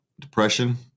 depression